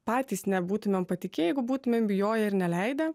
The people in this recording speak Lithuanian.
patys nebūtumėm patikėję jeigu būtumėm bijoję ir neleidę